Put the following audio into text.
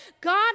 God